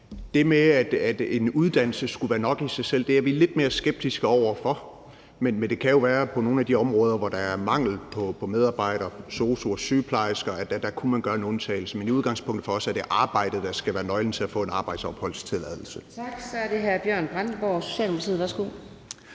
Det med, at en uddannelse skulle være nok i sig selv, er vi lidt mere skeptiske over for, men det kan jo være, at man på nogle af de områder, hvor der er mangel på medarbejdere, sosu'er og sygeplejersker, kunne gøre en undtagelse. Men i udgangspunktet er det for os arbejdet, der skal være nøglen til at få en arbejdsopholdstilladelse. Kl. 15:04 Fjerde næstformand (Karina